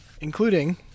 including